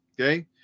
Okay